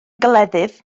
gleddyf